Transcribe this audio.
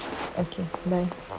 okay bye